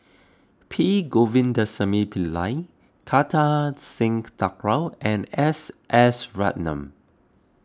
P Govindasamy Pillai Kartar Singh Thakral and S S Ratnam